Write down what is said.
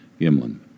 Gimlin